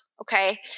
okay